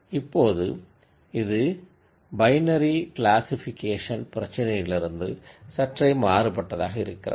இப்போது இது binary classification பிரச்சினையிலிருந்து சற்றே மாறுபட்டதாக இருக்கிறது